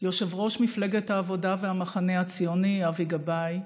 יושב-ראש מפלגת העבודה והמחנה הציוני אבי גבאי,